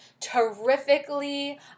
terrifically